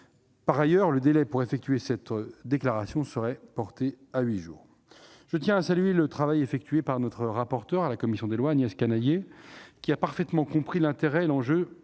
Par ailleurs, le délai pour effectuer cette déclaration serait porté à huit jours. Je tiens à saluer le travail effectué par notre rapporteur, Agnès Canayer, qui a parfaitement compris l'intérêt et l'enjeu,